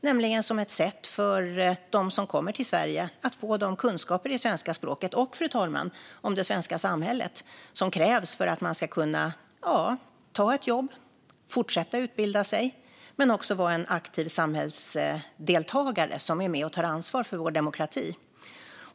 Det ska vara ett sätt för dem som kommer till Sverige att få de kunskaper i svenska språket och om det svenska samhället som krävs för att de ska kunna ta ett jobb, fortsätta att utbilda sig men också vara en aktiv samhällsdeltagare som är med och tar ansvar för vår demokrati.